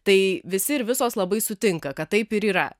tai visi ir visos labai sutinka kad taip ir yra